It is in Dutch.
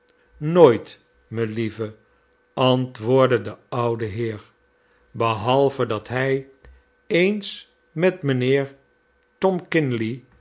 nooit melieve antwoordde de oude heer behalve dat hij eens met mijnheer